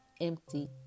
empty